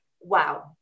wow